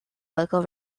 local